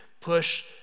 push